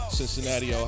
Cincinnati